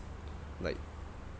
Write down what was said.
like